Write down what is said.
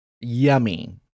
Yummy